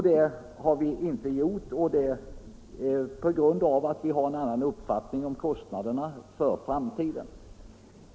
Det har vi inte gjort på grund av att vi har en annan uppfaitning om kostnaderna för framtiden.